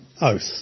oath